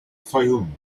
fayoum